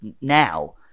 now